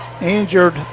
injured